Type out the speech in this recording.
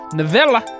novella